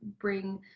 bring